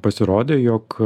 pasirodė jog